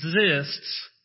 exists